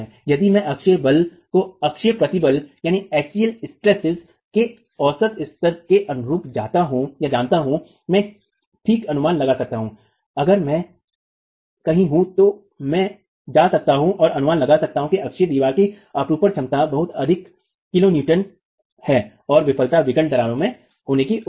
यदि मैं अक्षीय बल को अक्षीय प्रतिबल के औसत स्तर के अनुरूप जानता हूं मैं ठीक अनुमान लगा सकूंगा अगर मैं कहीं हूं तो मैं जा सकता हूं और अनुमान लगा सकता हूं कि अक्षीय दीवार की अपरूपण क्षमता बहुत अधिक किलो न्यूटन है और विफलता विकर्ण दरार में होने की उम्मीद है